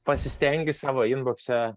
pasistengi savo inbokse